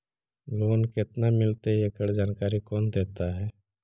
Loan केत्ना मिलतई acre जानकारी कौन देता है?